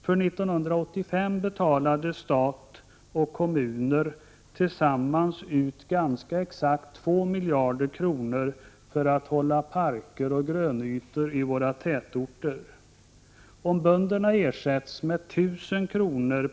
För år 1985 betalade staten och kommunerna tillsammans ut ganska exakt 2 miljarder kronor för att underhålla parker och grönytor i våra tätorter. Om bönderna ersätts med 1 000 kr.